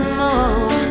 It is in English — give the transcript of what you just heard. more